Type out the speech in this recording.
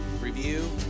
review